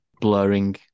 blurring